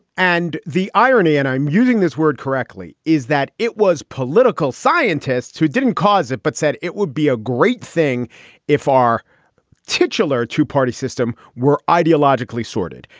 and the irony and i'm using this word correctly is that it was political scientists who didn't cause it, but said it would be a great thing if our titular two party system were ideologically sorted.